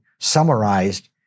Summarized